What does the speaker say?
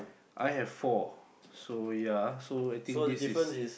I have four so ya so I think this is